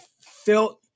felt